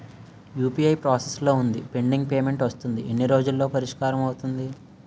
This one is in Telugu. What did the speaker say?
యు.పి.ఐ ప్రాసెస్ లో వుంది పెండింగ్ పే మెంట్ వస్తుంది ఎన్ని రోజుల్లో పరిష్కారం అవుతుంది